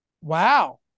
Wow